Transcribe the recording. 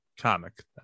comic